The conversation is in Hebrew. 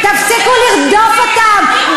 תפסיקו לרדוף אותם.